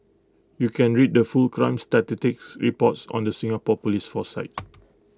you can read the full crime statistics reports on the Singapore Police force site